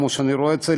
כמו שאני רואה את זה.